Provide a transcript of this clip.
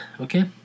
okay